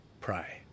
Pray